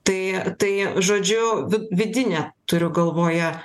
tai tai žodžiu vid vidinę turiu galvoje